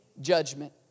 judgment